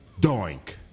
doink